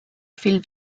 fiel